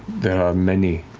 there are many,